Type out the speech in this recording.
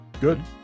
Good